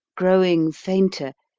growing fainter,